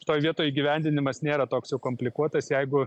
šitoj vietoj įgyvendinimas nėra toks jau komplikuotas jeigu